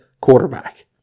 quarterback